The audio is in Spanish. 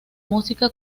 música